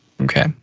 Okay